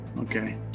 okay